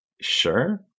sure